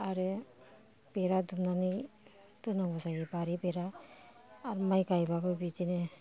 आरो बेरा दुमनानै दोननांगौ जायो बारि बेरा आरो माइ गायबाबो बिदिनो